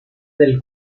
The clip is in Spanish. del